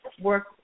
work